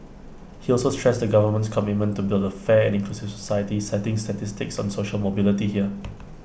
he also stressed the government's commitment to build A fair and inclusive society citing statistics on social mobility here